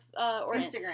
Instagram